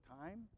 time